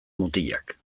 mutilak